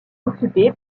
occupé